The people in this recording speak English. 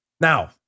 Now